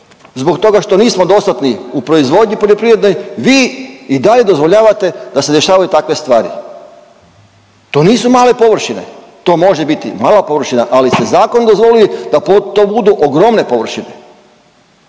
zbog toga što nismo dostatni u proizvodnji poljoprivrednoj, vi i dalje dozvoljavate da se dešavaju takve stvari. To nisu male površine, to može biti mala površina, ali ste zakonom dozvolili da to budu ogromne površine.